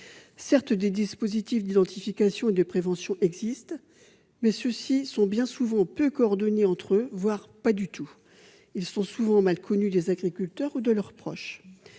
Certes, des dispositifs d'identification et de prévention existent, mais ils sont bien souvent peu coordonnés entre eux, quand ils le sont même. Ils sont aussi souvent mal connus des agriculteurs et de leurs proches.